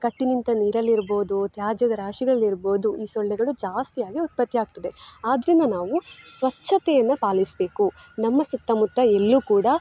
ಕಟ್ಟಿ ನಿಂತ ನೀರಲ್ಲಿರ್ಬೋದು ತ್ಯಾಜ್ಯದ ರಾಶಿಗಳಲ್ಲಿರ್ಬೋದು ಈ ಸೊಳ್ಳೆಗಳು ಜಾಸ್ತಿಯಾಗಿ ಉತ್ಪತ್ತಿಯಾಗ್ತದೆ ಆದ್ದರಿಂದ ನಾವು ಸ್ವಚ್ಛತೆಯನ್ನು ಪಾಲಿಸಬೇಕು ನಮ್ಮ ಸುತ್ತಮುತ್ತ ಎಲ್ಲೂ ಕೂಡ